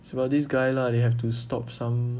it's about this guy lah they have to stop some